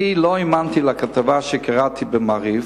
אני לא האמנתי לכתבה שקראתי ב"מעריב",